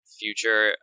future